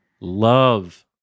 love